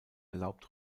erlaubt